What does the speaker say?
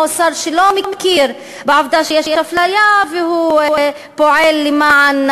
או שר שלא מכיר בעובדה שיש אפליה והוא פועל למען